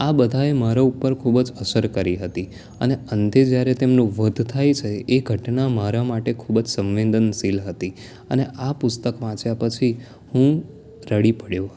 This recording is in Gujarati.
આ બધા એ મારા ઉપર ખૂબ જ અસર કરી હતી અને અંતે જયારે તેમનું વધ થાય છે એ ઘટના મારા માટે ખૂબ જ સવેંદનશીલ હતી અને આ પુસ્તક વાંચ્યા પછી હું રડી પડ્યો હતો